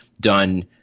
done